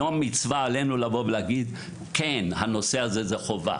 היום מצווה עלינו לבוא ולהגיד: "הנושא הזה הוא חובה".